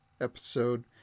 episode